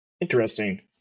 Interesting